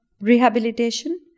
rehabilitation